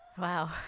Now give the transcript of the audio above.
Wow